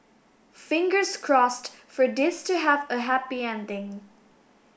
fingers crossed for this to have a happy ending